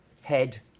head